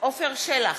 עפר שלח,